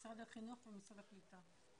משרד החינוך ומשרד הקליטה.